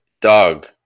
dog